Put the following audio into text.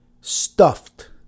Stuffed